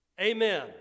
Amen